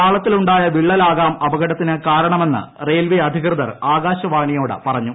പാളത്തിലുണ്ടായ വിള്ളലാകാം അപകടത്തിന് കാരണമെന്ന് റെയിൽവേ അധികൃതർ ആകാശവാണിയോട് പറഞ്ഞു